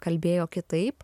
kalbėjo kitaip